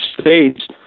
states